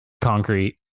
concrete